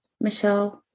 Michelle